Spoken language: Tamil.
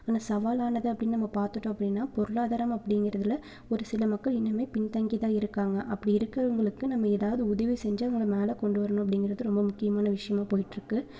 அந்த சவாலானது அப்படின்னு நம்ம பார்த்துட்டோம் அப்படின்னா பொருளாதாரம் அப்படிங்குறதுல ஒருசில மக்கள் இன்னுமே பின் தாங்கித்தான் இருக்காங்கள் அப்படி இருக்கிறவங்களுக்கு நம்ம ஏதாவது உதவி செஞ்சு அவங்களை மேலே கொண்டுவரணும் அப்படிங்குறது ரொம்ப முக்கியமான விஷியமாக போய்ட்ருக்குது